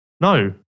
No